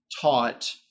taught